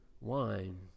wine